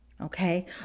okay